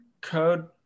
code